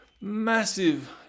massive